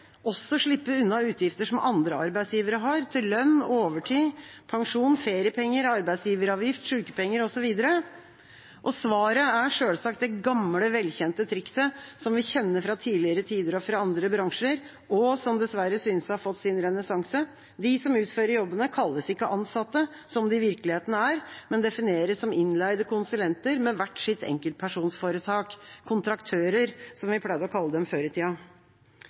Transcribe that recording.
også slippe unna utgifter som andre arbeidsgivere har til lønn, overtid, pensjon, feriepenger, arbeidsgiveravgift, sykepenger osv. Svaret er selvsagt det gamle, velkjente trikset, som vi kjenner fra tidligere tider og fra andre bransjer, og som dessverre synes å ha fått sin renessanse: De som utfører jobbene, kalles ikke ansatte, som de i virkeligheten er, men defineres som innleide konsulenter, med hvert sitt enkeltpersonforetak – kontraktører, som vi pleide å kalle dem før i tida.